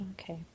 Okay